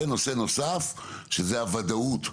ונושא נוסף שזה הוודאות.